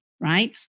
right